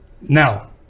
now